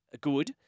good